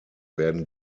werden